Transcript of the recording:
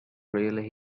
really